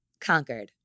conquered